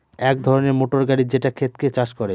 এক ধরনের মোটর গাড়ি যেটা ক্ষেতকে চাষ করে